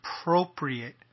appropriate